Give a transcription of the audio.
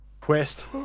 quest